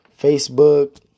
Facebook